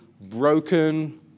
broken